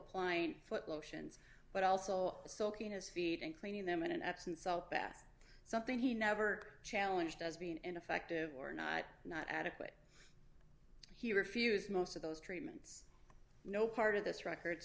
applying foot lotions but also soaking his feet and cleaning them in an absent salt bath something he never challenged as being ineffective or not not adequate he refused most of those treatments no part of this record